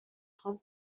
خوام